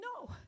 no